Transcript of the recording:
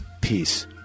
Peace